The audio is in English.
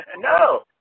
No